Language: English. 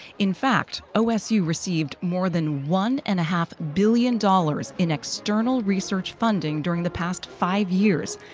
in fact, osu received more than one and a half billion dollars in external research funding during the past five years,